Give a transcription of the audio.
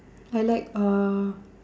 I like uh